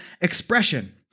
expression